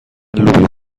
لوبیا